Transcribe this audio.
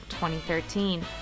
2013